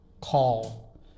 call